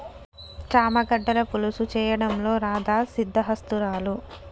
చామ గడ్డల పులుసు చేయడంలో రాధా సిద్దహస్తురాలు